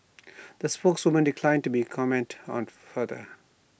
the spokeswoman declined to comment on the further